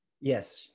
yes